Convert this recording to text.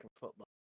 football